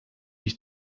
ich